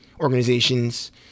organizations